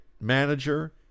manager